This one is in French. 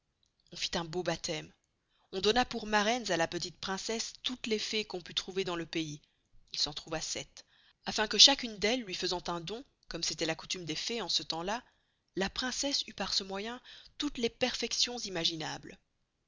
on fit un beau baptesme on donna pour maraines à la petite princesse toutes les fées qu'on pust trouver dans le pays il s'en trouva sept afin que chacune d'elles luy faisant un don comme c'estoit la coustume des fées en ce temps-là la princesse eust par ce moyen toutes les perfections imaginables